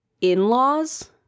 in-laws